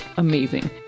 Amazing